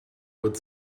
would